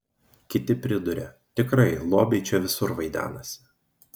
kiti priduria tikrai lobiai čia visur vaidenasi